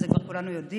את זה כבר כולנו יודעים.